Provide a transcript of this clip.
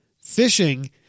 fishing